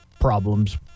problems